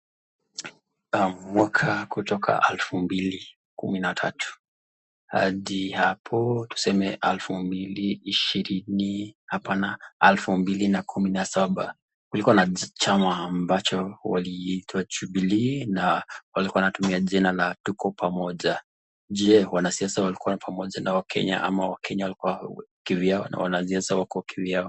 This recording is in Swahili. Mwaka kutoka elfu mbili kumi na tatu hadi hapo tuseme elfu mbili ishirini hapana elfu mbili kumi na saba kuliwa na chama ambacho waliitwa Jubilee na walikua wanatumia jina Tuko Pamoja. Je, wanasiasa walikua pamoja na wakenya ama wakenya walikua kivyao na wanasiasa wako kivyao.